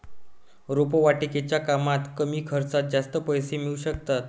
रोपवाटिकेच्या कामात कमी खर्चात जास्त पैसे मिळू शकतात